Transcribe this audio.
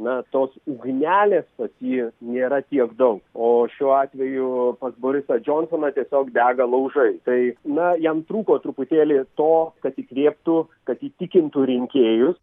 na tos ugnelės pas jį nėra tiek daug o šiuo atveju pas borisą džonsoną tiesiog dega laužai tai na jam trūko truputėlį to kad įkvėptų kad įtikintų rinkėjus